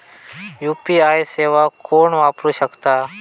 UPI सेवा कोण वापरू शकता?